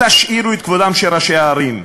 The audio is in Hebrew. תשאירו את כבודם של ראשי הערים,